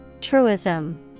Truism